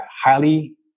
highly